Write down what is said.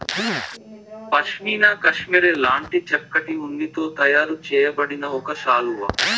pashmina cashmere లాంటి చక్కటి ఉన్నితో తయారు చేయబడిన ఒక శాలువా